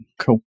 cool